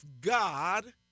God